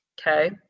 Okay